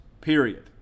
period